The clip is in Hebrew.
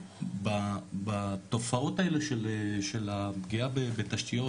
בתופעות האלה של הפגיעה בתשתיות,